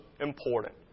important